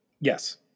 Yes